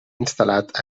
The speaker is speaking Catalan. instal·lat